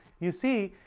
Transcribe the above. you see,